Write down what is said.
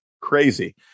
crazy